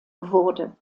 wurde